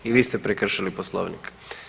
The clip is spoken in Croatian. I vi ste prekršili Poslovnik.